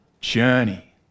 journey